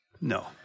No